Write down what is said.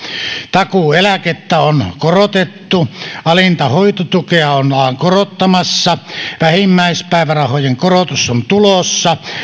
takuueläkettä on korotettu alinta hoitotukea ollaan korottamassa vähimmäispäivärahojen korotus on tulossa